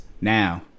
Now